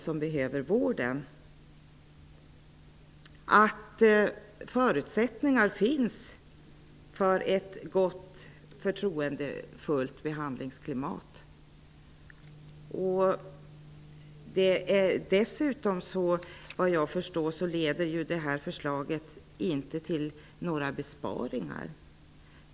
Det är också viktigt att det finns förutsättningar för ett gott och förtroendefullt behandlingsklimat. Såvitt jag förstår leder detta förslag dessutom inte till några besparingar.